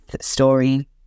story